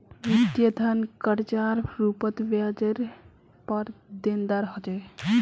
वित्तीय धन कर्जार रूपत ब्याजरेर पर देनदार ह छे